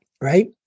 right